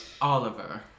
Oliver